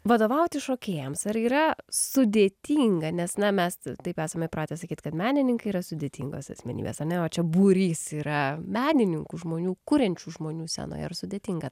vadovauti šokėjams ar yra sudėtinga nes na mes taip esam įpratę sakyt kad menininkai yra sudėtingos asmenybės ane o čia būrys yra menininkų žmonių kuriančių žmonių scenoje ar sudėtinga